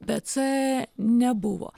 bet c nebuvo